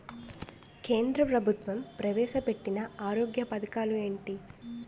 కేంద్ర ప్రభుత్వం ప్రవేశ పెట్టిన ఆరోగ్య పథకాలు ఎంటి?